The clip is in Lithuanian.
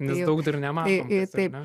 nes daug dar nematom tiesiog ne